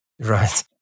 Right